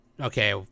okay